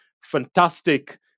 fantastic